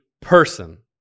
person